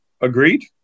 Agreed